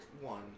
one